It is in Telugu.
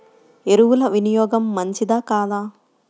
ఎరువుల వినియోగం మంచిదా కాదా?